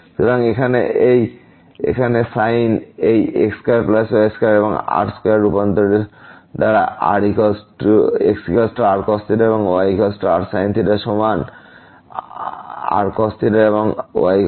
সুতরাং এখানে sin এই x2y2 হবে r2 রূপান্তর দ্বারা x rcos yrsin সমানrcos এবং yrsin